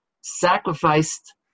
sacrificed